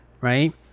Right